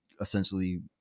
essentially